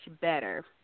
better